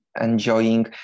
enjoying